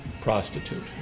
prostitute